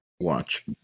Watch